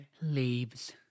Leaves